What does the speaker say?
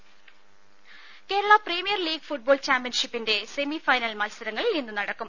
ദേദ Kerala premier league football ചാമ്പ്യൻഷിപ്പിന്റെ semifinal മത്സരങ്ങൾ ഇന്ന് നടക്കും